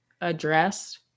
addressed